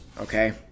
okay